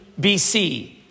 BC